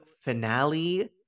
finale